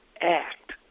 act